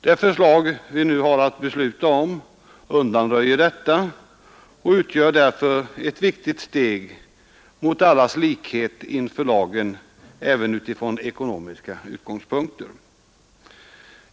Det förslag vi nu har att besluta om undanröjer detta och utgör därför ett viktigt steg mot allas likhet inför lagen även utifrån ekonomiska utgångspunkter.